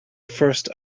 first